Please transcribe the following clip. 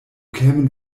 kämen